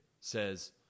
says